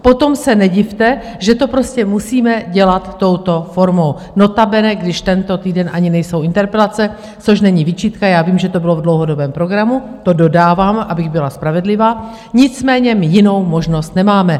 Potom se nedivte, že to prostě musíme dělat touto formou, nota bene když tento týden ani nejsou interpelace, což není výčitka, já vím, že to bylo v dlouhodobém programu to dodávám, abych byla spravedlivá, nicméně my jinou možnost nemáme.